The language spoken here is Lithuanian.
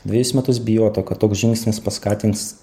dvejus metus bijota kad toks žingsnis paskatins